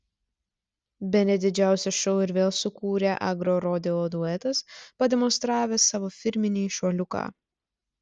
bene didžiausią šou ir vėl sukūrė agrorodeo duetas pademonstravęs savo firminį šuoliuką